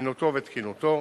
זמינותו ותקינותו.